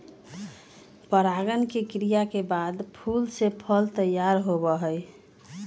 परागण के क्रिया के बाद फूल से फल तैयार होबा हई